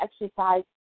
exercise